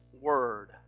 word